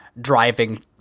driving